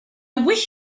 wish